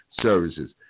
Services